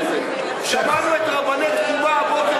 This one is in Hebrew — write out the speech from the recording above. שמענו את רבני תקומה הבוקר